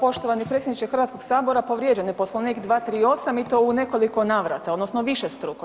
Poštovani predsjedniče Hrvatskoga sabora, povrijeđen je Poslovnik 238. i to u nekoliko navrata odnosno višestruko.